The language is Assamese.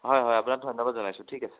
হয় হয় আপোনাক ধন্যবাদ জনাইছোঁ ঠিক আছে